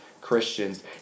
Christians